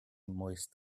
moist